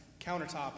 countertop